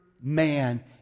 man